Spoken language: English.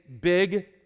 big